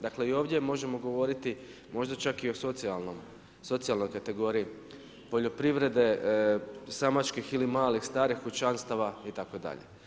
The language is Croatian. Dakle i ovdje možemo govoriti možda čak i o socijalnoj kategoriji poljoprivrede samačkih ili malih, starih kućanstava itd.